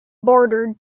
bordered